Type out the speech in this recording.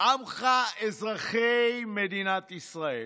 עמך אזרחי מדינת ישראל,